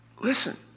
Listen